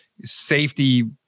safety